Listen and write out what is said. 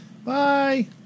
Bye